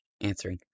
answering